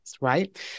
right